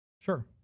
Sure